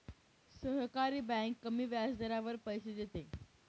सहकारी बँक कमी व्याजदरावर पैसे देते